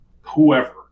whoever